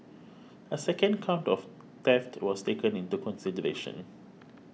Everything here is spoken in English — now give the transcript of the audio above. a second count of theft was taken into consideration